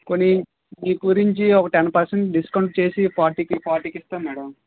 పోనీ మీగురించి ఒక టెన్ పర్సెంట్ డిస్కౌంట్ చేసి ఫార్టీకి ఫార్టీకి ఇస్తాం మేడం